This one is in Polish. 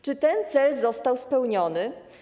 Czy ten cel został spełniony?